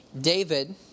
David